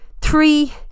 three